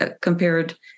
compared